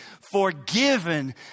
forgiven